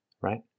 right